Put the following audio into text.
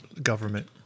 government